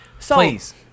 Please